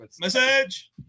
Message